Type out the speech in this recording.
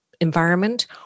environment